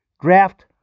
draft